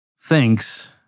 thinks